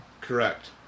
Correct